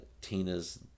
Tina's